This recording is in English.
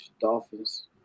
Dolphins